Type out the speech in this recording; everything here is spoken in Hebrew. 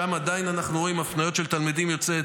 שם עדיין אנחנו רואים הפניות של תלמידים יוצאי